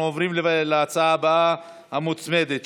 חמד, ההצעה הבאה שלי.